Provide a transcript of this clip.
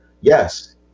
Yes